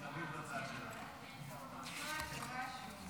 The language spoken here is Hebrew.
ההצעה בנושא: המעטפת הנדרשת לפצועי צה"ל ומשפחותיהם התקבלה,